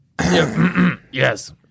Yes